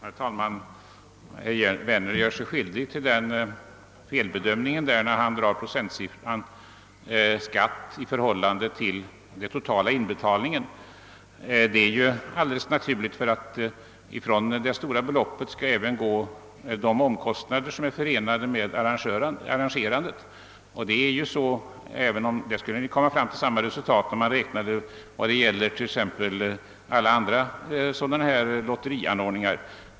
Herr talman! Herr Werner gör sig skyldig till en felbedömning när han beräknar procentsiffran för skatt på det totalt inbetalade beloppet. Från detta skall nämligen avgå de omkostnader som är förenade med arrangerandet. Man skulle kunna komma fram till samma resultat om man räknade beträffande andra s.k. lotterianordningar.